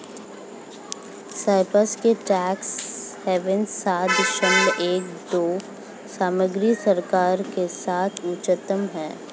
Cyprus के tax havens सात दशमलव एक दो के समग्र स्कोर के साथ उच्चतम हैं